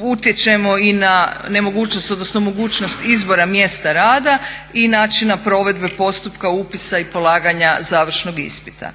Utječemo i na nemogućnost, odnosno mogućnost izbora mjesta rada i načina provedbe postupka upisa i polaganja završnog ispita.